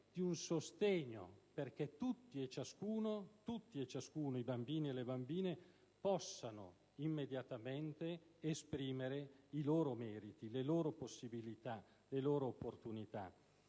di un sostegno, perché tutti e ciascuno, i bambini e le bambine, possano immediatamente esprimere i loro meriti, le loro possibilità, le loro opportunità.